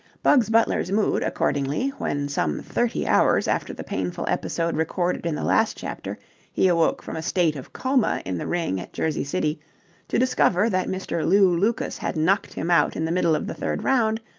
bugs butler's mood, accordingly, when some thirty hours after the painful episode recorded in the last chapter he awoke from a state of coma in the ring at jersey city to discover that mr. lew lucas had knocked him out in the middle of the third round,